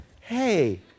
Hey